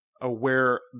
aware